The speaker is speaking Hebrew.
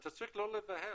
ואתה צריך לא להיבהל.